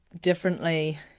differently